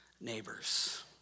neighbors